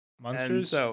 Monsters